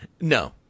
No